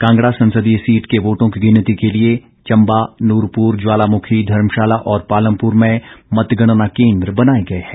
कांगड़ा संसदीय सीट के वोटों की गिनती के लिये चंबा नूरपुर ज्वालामुखी धर्मशाला और पालमपुर में मतगणना केंद्र बनाए गए हैं